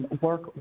Work